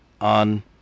on